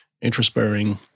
interest-bearing